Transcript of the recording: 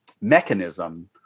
mechanism